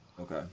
Okay